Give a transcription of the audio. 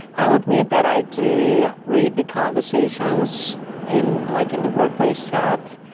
i'll admit that i do read the conversations in like in the workplace chat.